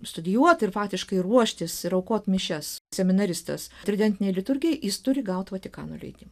studijuoti ir faktiškai ruoštis ir aukoti mišias seminaristas tridentinei liturgijai jis turi gauti vatikano leidimą